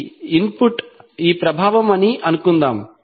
ఈ ఇన్పుట్ ఈ ప్రభావం అని అనుకుందాం